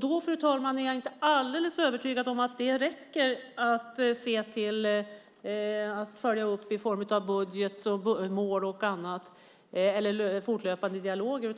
Då, fru talman, är jag inte alldeles övertygad om att det räcker att se till att man följer upp det hela i form av budget, mål och fortlöpande dialoger.